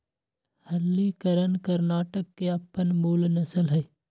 हल्लीकर कर्णाटक के अप्पन मूल नसल हइ